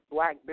Black